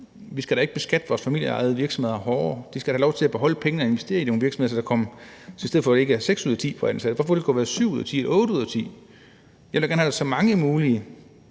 Vi skal da ikke beskatte vores familieejede virksomheder hårdere. De skal da have lov til at beholde pengene og investere i nogle virksomheder, så det i stedet for seks ud af ti ansatte kunne være syv ud af ti eller otte ud af ti. Jeg vil da gerne have så mange ansatte